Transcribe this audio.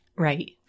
Right